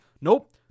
Nope